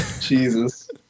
Jesus